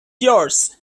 yours